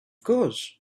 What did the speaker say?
course